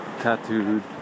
tattooed